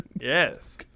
Yes